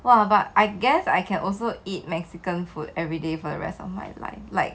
!wah! but I guess I can also eat mexican food everyday for the rest of my life like